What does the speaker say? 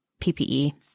PPE